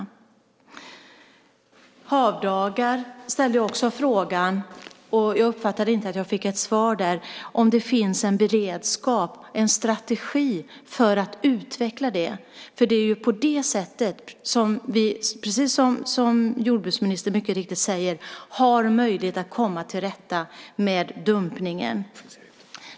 När det gäller havdagar ställde jag också en fråga - jag uppfattade inte att jag fick ett svar där - om det finns en beredskap, en strategi, för att utveckla det. Det är ju på det sättet som vi, precis som jordbruksministern mycket riktigt säger, har möjlighet att komma till rätta med dumpningen.